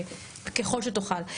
ככל שתוכל.